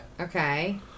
Okay